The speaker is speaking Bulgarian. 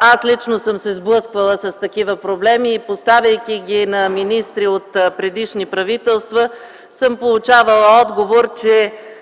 Аз лично съм се сблъсквала с такива проблеми и, поставяйки ги на министри от предишни правителства, съм получавала отговор, че